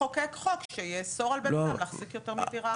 אולי צריך לחוקק חוק שיאסור על בן אדם להחזיק יותר מדירה אחת.